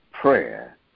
Prayer